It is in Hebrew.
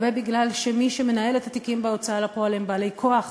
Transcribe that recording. הרבה מפני שמי שמנהל את התיקים בהוצאה לפועל זה בעלי כוח,